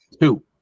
Two